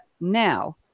now